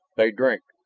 they drank.